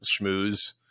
schmooze